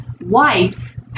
wife